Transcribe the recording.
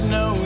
no